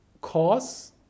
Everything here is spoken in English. cause